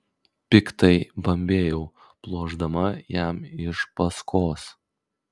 piktai bambėjau pluošdama jam iš paskos